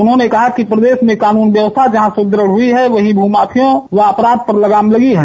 उन्होंने कहा कि प्रदेश में कानून व्यवस्था जहां सुदृढ़ हुई है वही भू माफियों व अपराध पर लगाम लगी है